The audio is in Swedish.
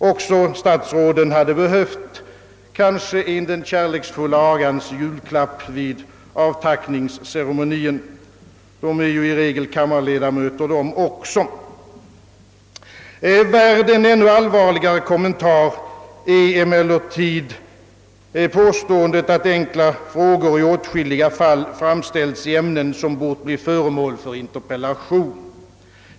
Också statsråden hade kanske behövt en den kärleksfulla agans julklapp vid avtackningsceremonien — de är ju i regel kammarledamöter de också. Värt en ännu allvarligare kommentar är emellertid påståendet att enkla frågor i åtskilliga fall framställts i ämnen som bort bli föremål för interpellation.